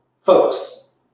folks